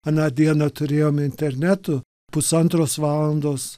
aną dieną turėjom internetu pusantros valandos